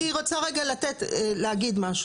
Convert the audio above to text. אני רוצה להגיד משהו.